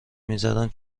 میزدن